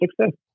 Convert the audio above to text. success